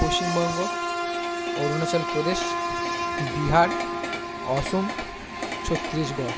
Paschimbanga Arunachal Pradesh Bihar Asom Chhattisgarh